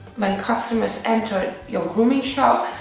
when customers enter your grooming shop,